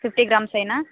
fifty grams